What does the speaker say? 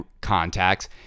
contacts